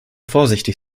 vorsichtig